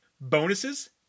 Bonuses